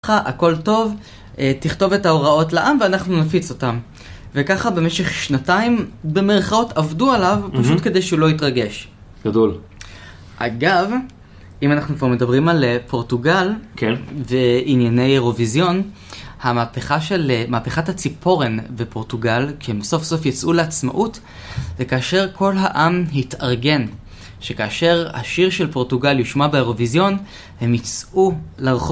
הכל טוב, תכתוב את ההוראות לעם ואנחנו נפיץ אותם וככה במשך שנתיים במירכאות עבדו עליו פשוט כדי שהוא לא יתרגש. גדול. אגב, אם אנחנו פה מדברים על פורטוגל וענייני אירוויזיון, המהפכה של, מהפכת הציפורן בפורטוגל, כי הם סוף סוף יצאו לעצמאות וכאשר כל העם התארגן, שכאשר השיר של פורטוגל יושמע באירוויזיון, הם יצאו לרחוב.